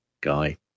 guy